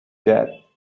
yet